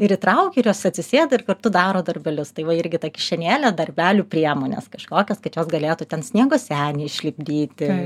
ir įtraukia ir jos atsisėda ir kartu daro darbelius tai va irgi ta kišenėlė darbelių priemones kažkokios kad jos galėtų ten sniego senį išlipdyti